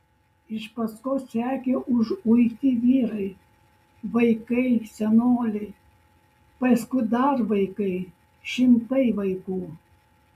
iš paskos sekė užuiti vyrai vaikai senoliai paskui dar vaikai šimtai vaikų